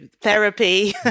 therapy